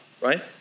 right